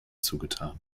zugetan